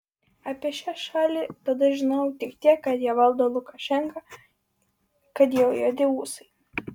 apie šią šalį tada žinojau tik tiek kad ją valdo lukašenka kad jo juodi ūsai